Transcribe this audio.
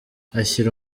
ashyira